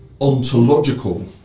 ontological